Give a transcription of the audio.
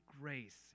grace